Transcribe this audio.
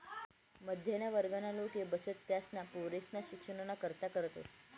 मध्यम वर्गना लोके बचत त्यासना पोरेसना शिक्षणना करता करतस